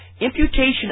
imputation